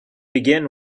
begin